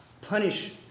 punish